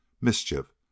mischief